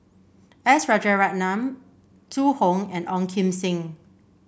S Rajaratnam Zhu Hong and Ong Kim Seng